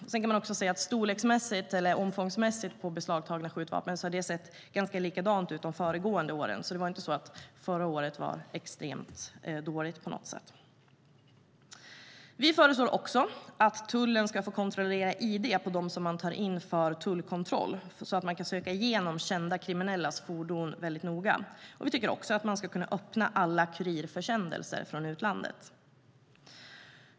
Sedan kan man också säga att omfångsmässigt har mängden beslagtagna skjutvapen sett ganska likadan ut de föregående åren. Det var inte så att förra året var extremt dåligt på något sätt. Vi föreslår också att tullen ska få kontrollera ID på dem som man tar in för tullkontroll så att man kan söka igenom kända kriminellas fordon väldigt noga. Vi tycker också att man ska kunna öppna alla kurirförsändelser från utlandet.